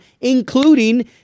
including